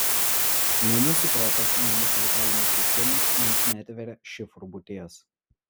nei mūsų protas nei mūsų vitalinis juslumas mums neatveria šifrų būties